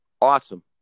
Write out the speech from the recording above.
awesome